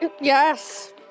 Yes